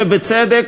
ובצדק,